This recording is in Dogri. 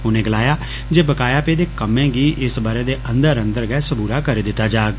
उनें गलाया जे बकाया पेदे कम्मैं गी इस बरै दे अंदर अंदर सबूरा करी दित्ता जाग